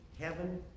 heaven